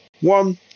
one